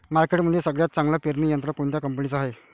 मार्केटमंदी सगळ्यात चांगलं पेरणी यंत्र कोनत्या कंपनीचं हाये?